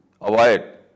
avoid